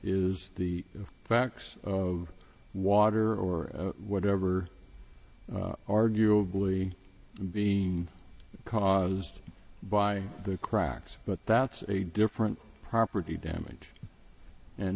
is the facts of water or whatever arguably being caused by the cracks but that's a different property damage and